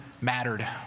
mattered